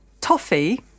toffee